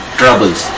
troubles